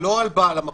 לא על בעל המקום.